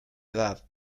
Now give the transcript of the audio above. edad